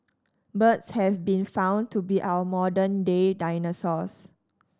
birds have been found to be our modern day dinosaurs